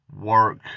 work